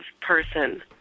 person